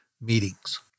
meetings